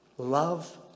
Love